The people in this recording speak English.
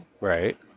Right